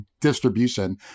distribution